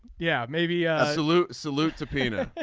yeah. maybe a salute salute to peter.